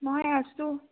মই আছোঁ